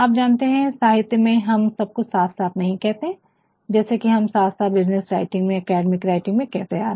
आप जानते है की साहित्य में हम सब कुछ साफ़ साफ़ नहीं कहते है जैसे की हम साफ़ साफ़ बिज़नेस राइटिंग में अकादमिक राइटिंग कहते आ रहे है